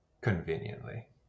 Conveniently